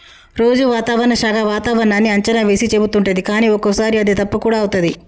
రోజు వాతావరణ శాఖ వాతావరణన్నీ అంచనా వేసి చెపుతుంటది కానీ ఒక్కోసారి అది తప్పు కూడా అవుతది